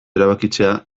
erabakitzea